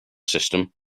system